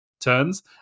turns